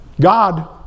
God